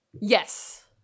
yes